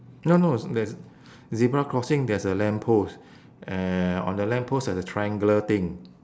no no z~ there's zebra crossing there's a lamppost uh on the lamppost there's a triangular thing